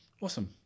Awesome